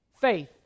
faith